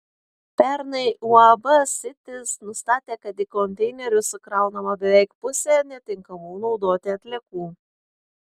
pernai uab sitis nustatė kad į konteinerius sukraunama beveik pusė netinkamų naudoti atliekų